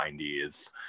90s